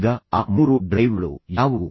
ಈಗ ಆ ಮೂರು ಡ್ರೈವ್ಗಳು ಯಾವುವು